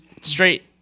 Straight